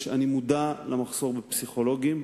אני מודע למחסור בפסיכולוגים.